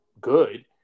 good